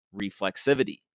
reflexivity